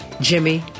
Jimmy